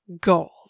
gold